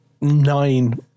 nine